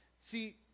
See